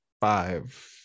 five